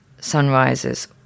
sunrises